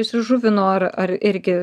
įsižuvino ar ar irgi